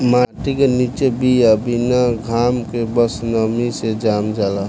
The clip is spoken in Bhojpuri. माटी के निचे बिया बिना घाम के बस नमी से जाम जाला